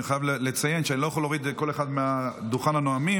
אני חייב לציין שאני לא יכול להוריד כל אחד מדוכן הנואמים,